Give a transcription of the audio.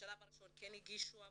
בשלב הראשון כן הגישו הבהרות,